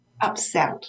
upset